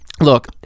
Look